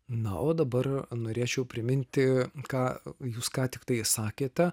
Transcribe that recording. na o dabar norėčiau priminti ką jūs ką tiktai sakėte